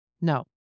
No